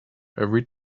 every